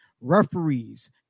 referees